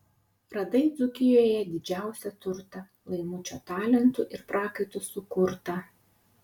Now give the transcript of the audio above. radai dzūkijoje didžiausią turtą laimučio talentu ir prakaitu sukurtą